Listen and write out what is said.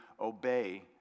obey